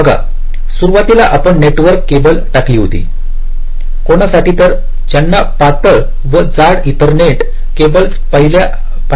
बघा सुरुवातीला आपण नेटवर्क केबल टाकली होती कोणासाठी तर ज्यांनी पातळ आणि जाड इथरनेट केबल्स पाहिल्या आहेत